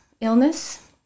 Illness